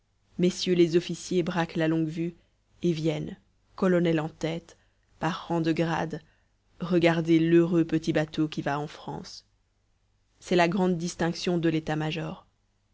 mm les officiers braquent la longue-vue et viennent colonel en tête par rang de grade regarder l'heureux petit bateau qui va en france c'est la grande distraction de l'état-major